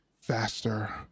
faster